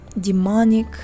demonic